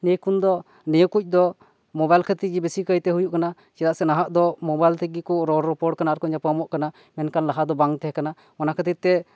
ᱱᱤᱭᱟᱹ ᱠᱷᱚᱱ ᱫᱚ ᱱᱤᱭᱟᱹ ᱠᱩᱡ ᱫᱚ ᱢᱳᱵᱟᱭᱤᱞ ᱠᱷᱟᱹᱛᱤᱨ ᱡᱮ ᱵᱤᱥᱤ ᱠᱟᱭᱛᱮ ᱦᱩᱭᱩᱜ ᱠᱟᱱᱟ ᱪᱮᱫᱟᱜ ᱥᱮ ᱱᱟᱦᱟᱜ ᱫᱚ ᱢᱳᱵᱟᱭᱤᱞ ᱛᱮᱜᱮ ᱠᱚ ᱨᱚᱲ ᱨᱚᱯᱚᱲ ᱠᱟᱱᱟ ᱟᱨ ᱠᱚ ᱧᱟᱯᱟᱢᱚᱜ ᱠᱟᱱᱟ ᱢᱮᱱᱠᱷᱟᱱ ᱞᱟᱦᱟ ᱫᱚ ᱵᱟᱝ ᱛᱟᱦᱮᱸ ᱠᱟᱱᱟ ᱚᱱᱟ ᱠᱷᱟᱹᱛᱤᱨ ᱛᱮ